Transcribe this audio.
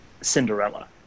Cinderella